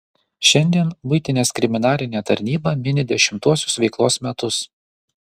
šiandien muitinės kriminalinė tarnyba mini dešimtuosius veiklos metus